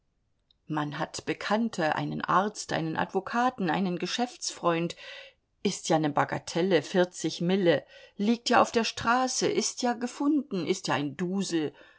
man hat bekannte einen arzt einen advokaten einen geschäftsfreund ist ja ne bagatelle vierzig mille liegt ja auf der straße ist ja gefunden ist ja ein dusel